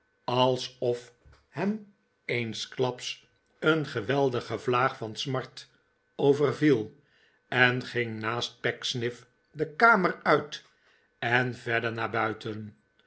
alsof hem eensklaps een geweldige vlaag van smart overviel en ging naast pecksniff de kamer uit en verder naar buiten